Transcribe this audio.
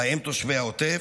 ובהם תושבי העוטף,